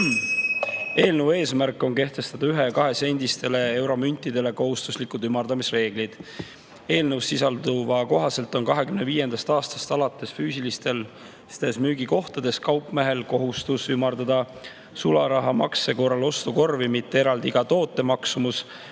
Eelnõu eesmärk on kehtestada ühe- ja kahesendistele euromüntidele kohustuslikud ümardamisreeglid. Eelnõus sisalduva kohaselt on 2025. aastast alates füüsilistes müügikohtades kaupmehel kohustus ümardada sularahamakse korral ostukorvi, mitte eraldi iga toote maksumus